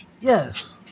Yes